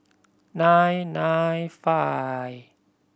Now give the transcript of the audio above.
nine nine five